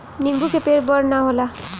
नीबू के पेड़ बड़ ना होला